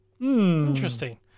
Interesting